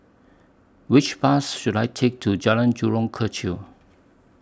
Which Bus should I Take to Jalan Jurong Kechil